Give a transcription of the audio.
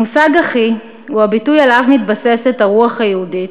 המושג "אחי" הוא הביטוי שעליו מתבססת הרוח היהודית.